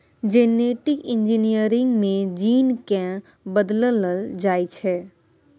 genetic engineering मे gene केँ बदलल जाइ छै